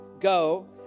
Go